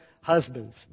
husbands